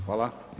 Hvala.